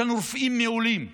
יש לנו רופאים מעולים,